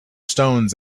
stones